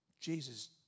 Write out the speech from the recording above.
Jesus